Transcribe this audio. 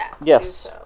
Yes